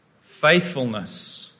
faithfulness